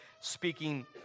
speaking